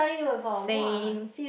same